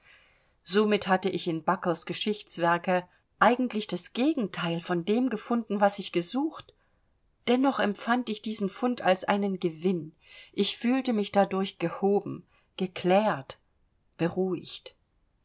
somit hatte ich in buckles geschichtswerke eigentlich das gegenteil von dem gefunden was ich gesucht dennoch empfand ich diesen fund als einen gewinn ich fühlte mich dadurch gehoben geklärt beruhigt